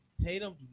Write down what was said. Tatum